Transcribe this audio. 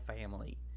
family